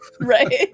right